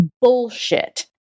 Bullshit